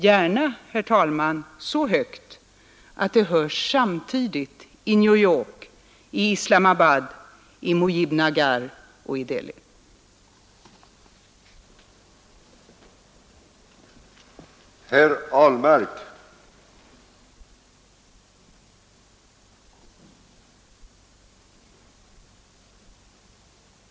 Gärna, herr talman, så högt att det hörs samtidigt i New York, i Islamabad, i Mujibnagar och i Delhi.